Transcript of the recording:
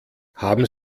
haben